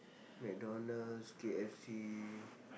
McDonald's K_F_C